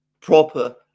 proper